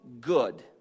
good